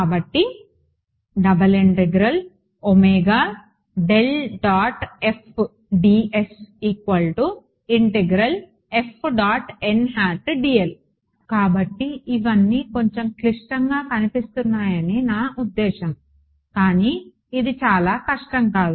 కాబట్టి కాబట్టి ఇవన్నీ కొంచెం క్లిష్టంగా కనిపిస్తున్నాయని నా ఉద్దేశ్యం కానీ ఇది చాలా కష్టం కాదు